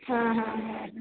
হ্যাঁ হ্যাঁ হ্যাঁ হুম